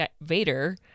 vader